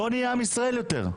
לא נהיה עם ישראל יותר.